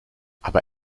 aber